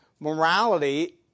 Morality